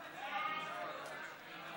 ההצעה להעביר את הצעת חוק רשות הספנות והנמלים